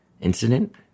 incident